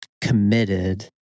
committed